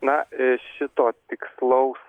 na šito tikslaus